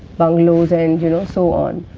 bungalows and you know so on.